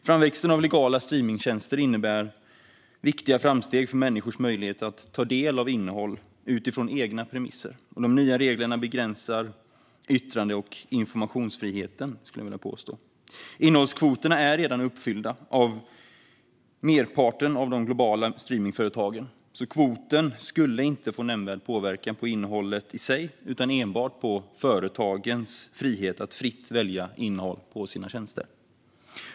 Framväxten av legala streamningstjänster innebär viktiga framsteg för människors möjligheter att ta del av innehåll utifrån egna premisser, och jag skulle vilja påstå att de nya reglerna begränsar yttrande och informationsfriheten. Innehållskvoterna är redan uppfyllda av merparten av de globala streamningsföretagen, så kvoten skulle inte få nämnvärd påverkan på innehållet i sig utan enbart på företagens frihet att välja innehåll på sina tjänster.